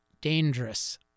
dangerous